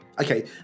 Okay